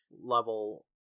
level